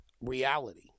reality